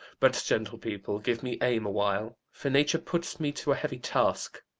but, gentle people, give me aim awhile, for nature puts me to a heavy task.